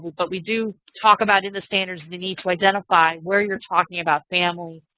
but we do talk about in the standards the need to identify where you're talking about family,